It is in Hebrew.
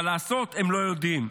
אבל לעשות הם לא יודעים.